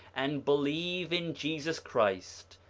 and believe in jesus christ,